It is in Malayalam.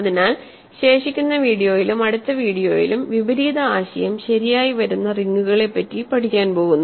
അതിനാൽ ശേഷിക്കുന്ന വീഡിയോയിലും അടുത്ത വീഡിയോയിലും വിപരീത ആശയം ശരിയായി വരുന്ന റിങ്ങുകളെ പറ്റി പഠിക്കാൻ പോകുന്നു